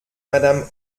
madame